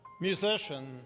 musician